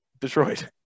Detroit